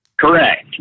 Correct